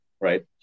right